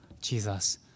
Jesus